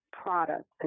products